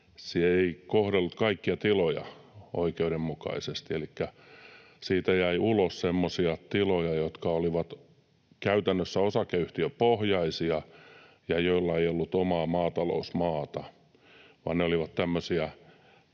se ei kohdellut kaikkia tiloja oikeudenmukaisesti elikkä siitä jäi ulos semmoisia tiloja, jotka olivat käytännössä osakeyhtiöpohjaisia ja joilla ei ollut omaa maatalousmaata